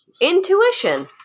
intuition